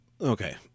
Okay